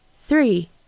three